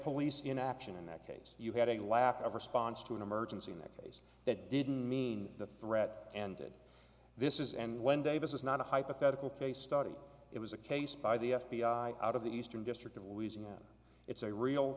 police in action in that case you had a lack of response to an emergency in that case that didn't mean the threat and this is and when davis is not a hypothetical case study it was a case by the f b i out of the eastern district of louisiana it's a real